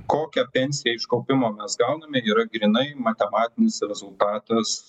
kokią pensiją iš kaupimo mes gauname yra grynai matematinis rezultatas